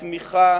התמיכה